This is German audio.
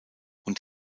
und